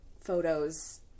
photos